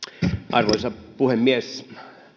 arvoisa puhemies